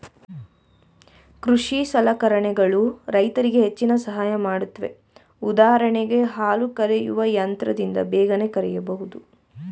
ಕೃಷಿ ಸಲಕರಣೆಗಳು ರೈತರಿಗೆ ಹೆಚ್ಚಿನ ಸಹಾಯ ಮಾಡುತ್ವೆ ಉದಾಹರಣೆಗೆ ಹಾಲು ಕರೆಯುವ ಯಂತ್ರದಿಂದ ಬೇಗನೆ ಕರೆಯಬೋದು